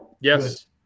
Yes